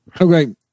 Okay